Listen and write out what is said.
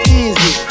easy